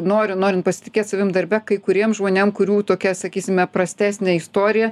noriu norint pasitikėt savim darbe kai kuriem žmonėm kurių tokia sakysime prastesnė istorija